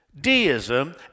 deism